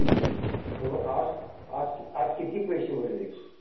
बर तर आज आज कि आज किती पैसे भरले आहेस